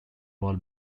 ball